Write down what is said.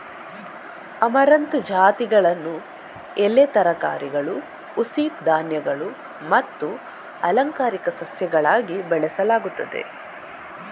amaranth ಜಾತಿಗಳನ್ನು ಎಲೆ ತರಕಾರಿಗಳು, ಹುಸಿ ಧಾನ್ಯಗಳು ಮತ್ತು ಅಲಂಕಾರಿಕ ಸಸ್ಯಗಳಾಗಿ ಬೆಳೆಸಲಾಗುತ್ತದೆ